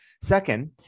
Second